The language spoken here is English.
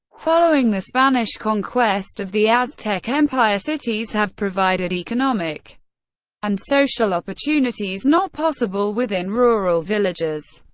following the spanish conquest of the aztec empire, cities have provided economic and social opportunities not possible within rural villages.